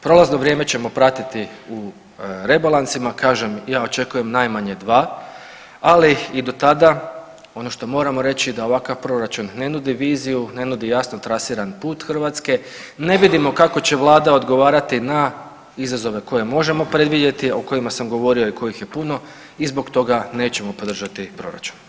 Prolazno vrijeme ćemo pratiti u rebalansima, kažem ja očekujem najmanje 2, ali i do tada ono što moramo reći da ovakav proračun ne nudi viziju, ne nudi jasno trasiran put Hrvatske, ne vidimo kako će vlada odgovarati na izazove koje možemo predvidjeti, a o kojima sam govorio i kojih je puno i zbog toga nećemo podržati proračun.